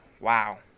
wow